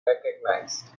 recognized